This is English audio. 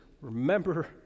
remember